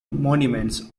monuments